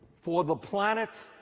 for the planet,